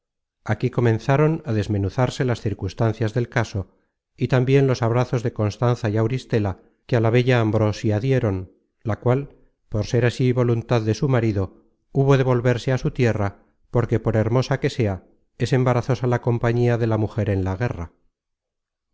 aquí comenzaron á desmenuzarse las circunstancias del caso y tambien los abrazos de constanza y auristela que á la bella ambrosia dieron la cual por ser así voluntad de su marido hubo de volverse á su tierra porque por hermosa que sea es embarazosa la compañía de la mujer en la guerra